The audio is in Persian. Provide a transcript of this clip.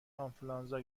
آنفولانزا